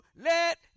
let